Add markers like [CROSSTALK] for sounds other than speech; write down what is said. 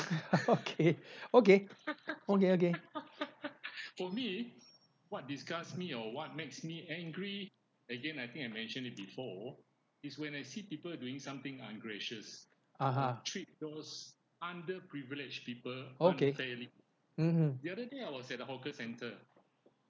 [LAUGHS] okay okay okay okay (uh huh) okay mmhmm